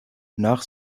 nach